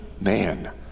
man